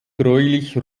gräulich